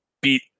beat